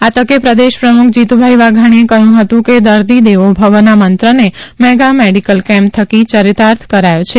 આ તકે પ્રદેશ પ્રમુખ જીતુભાઈ વાઘાણીએ કહ્યું કે દર્દી દેવો ભવના મંત્રને મેગા મેડિકલ કેમ્પ થકી ચરિતાર્થ કરાયો છે